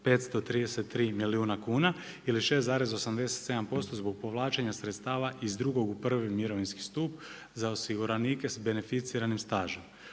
533 milijuna kuna ili 6,87% zbog povlačenja sredstava iz drugog u prvi mirovinski stup za osiguranike s beneficiranim stažom.